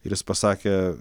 ir jis pasakė